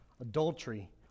adultery